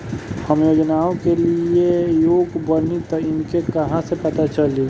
हम योजनाओ के लिए योग्य बानी ई हमके कहाँसे पता चली?